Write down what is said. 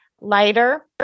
lighter